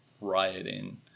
rioting